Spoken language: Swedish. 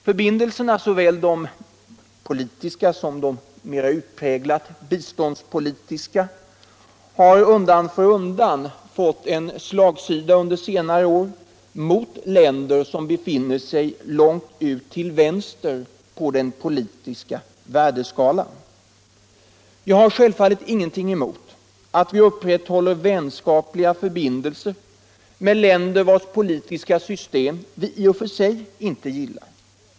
Förbindelserna, såväl de politiska som de mera utpräglat biståndspolitiska, har under senare år undan för undan fått en slagsida till förmån för länder som befinner sig långt till vänster på den politiska värdeskalan. Jag har självfallet ingenting emot att vi upprätthåller vänskapliga förbindelser med länder vilkas politiska system vi i och för sig inte gillar.